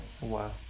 Wow